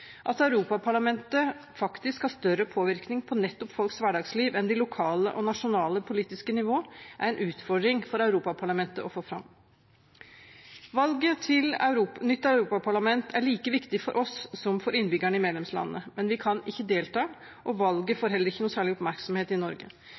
At Europaparlamentet faktisk har større påvirkning på nettopp folks hverdagsliv enn de lokale og nasjonale politiske nivå, er en utfordring for Europaparlamentet å få fram. Valget til nytt europaparlament er like viktig for oss som for innbyggerne i medlemslandene. Men vi kan ikke delta, og valget